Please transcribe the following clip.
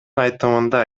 айтымында